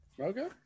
Okay